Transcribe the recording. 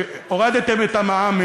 הורדתם את המע"מ,